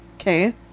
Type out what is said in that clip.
Okay